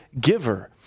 giver